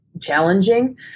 challenging